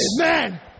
Amen